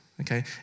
okay